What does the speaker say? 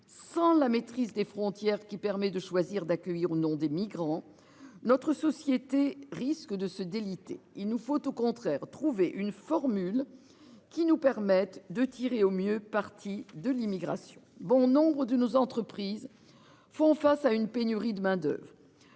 sans la maîtrise des frontières qui permet de choisir d'accueillir ou non des migrants. Notre société risquent de se déliter. Il nous faut, au contraire, trouver une formule qui nous permettent de tirer au mieux parti de l'immigration. Bon nombre de nos entreprises font face à une pénurie de main-d'oeuvre.